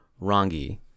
Rangi